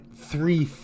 three